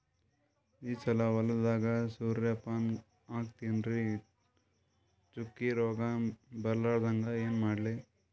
ಈ ಸಲ ಹೊಲದಾಗ ಸೂರ್ಯಪಾನ ಹಾಕತಿನರಿ, ಚುಕ್ಕಿ ರೋಗ ಬರಲಾರದಂಗ ಏನ ಮಾಡ್ಲಿ?